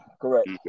Correct